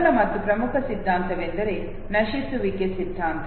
ಮೊದಲ ಮತ್ತು ಪ್ರಮುಖ ಸಿದ್ಧಾಂತವೆಂದರೆ ನಶಿಸುವಿಕೆ ಸಿದ್ಧಾಂತ